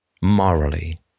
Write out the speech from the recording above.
morally